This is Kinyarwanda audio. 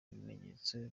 ibimenyetso